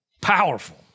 Powerful